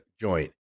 joint